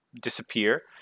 disappear